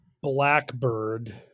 Blackbird